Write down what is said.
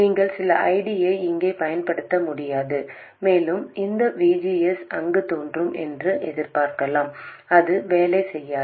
நீங்கள் சில I D ஐ இங்கே பயன்படுத்த முடியாது மேலும் இந்த V G S அங்கு தோன்றும் என்று எதிர்பார்க்கலாம் அது வேலை செய்யாது